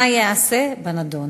5. מה ייעשה בנדון?